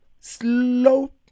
slow